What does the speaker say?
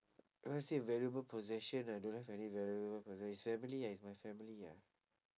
if must say a valuable possession ah I don't have any valuable possession family ah is my family ah